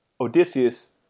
Odysseus